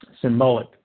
symbolic